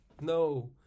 no